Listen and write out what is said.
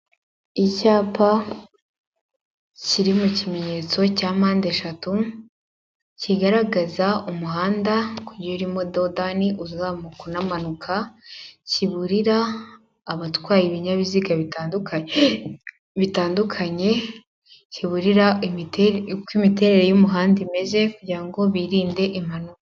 Icyapa kiri mu kimenyetso cya mpande eshatu, cyigaragaza umuhanda uko ujyiye urimo dodani uzamuka unamanuka, kiburira abatwara ibinyabiziga bitandukanye, kiburira uko imiterere y'umuhanda imeze, kugira ngo birinde impanuka.